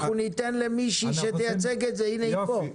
אנחנו ניתן למישהי לייצג את זה, היא פה.